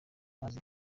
amazi